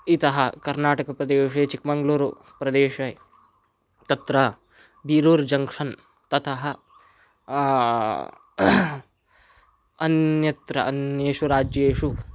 इतः कर्नाटकप्रदेशे चिक्क्मङ्ग्ळूरुप्रदेशे तत्र बीरूर् जङ्क्षन् ततः अन्यत्र अन्येषु राज्येषु